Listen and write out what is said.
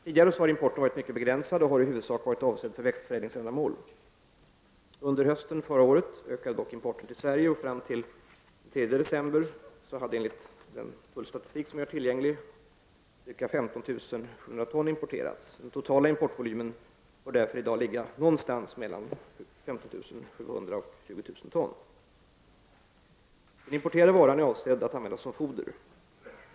Tidigare har importen varit mycket begränsad och har i huvudsak varit avsedd för växtförädlingsändamål. Under hösten 1989 ökade dock importen till Sverige. Fram t.o.m. den 3 december 1989 hade enligt tillgänglig tullstatistik ca 15 700 ton importerats. Den totala importvolymen bör därför i dag ligga någonstans mellan 15 700 och 20 000 ton. Den importerade varan är avsedd att användas som foder.